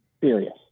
Serious